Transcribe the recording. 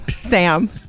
Sam